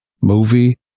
movie